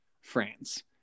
France